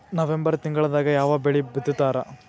November ತಿಂಗಳದಾಗ ಯಾವ ಬೆಳಿ ಬಿತ್ತತಾರ?